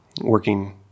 working